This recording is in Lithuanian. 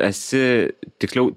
esi tiksliau